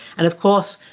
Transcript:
and of course,